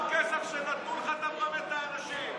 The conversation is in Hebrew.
גם בכסף שנתנו לך אתה מרמה את האנשים.